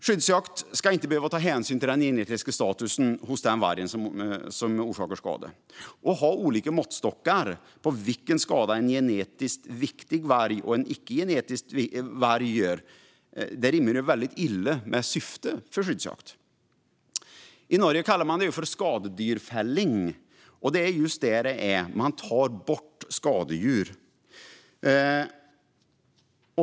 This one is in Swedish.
Skyddsjakt ska inte behöva ta hänsyn till den genetiska statusen hos vargen som orsakar skada. Att ha olika måttstockar för skador som en genetiskt viktig varg och en icke genetiskt viktig varg gör rimmar illa med syftet med skyddsjakt. I Norge kallar man det skadedyrfelling, och det är just vad det är - man tar bort skadedjur.